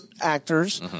actors